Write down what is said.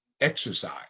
exercise